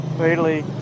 Italy